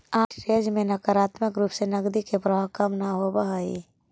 arbitrage में नकारात्मक रूप से नकदी के प्रवाह कम न होवऽ हई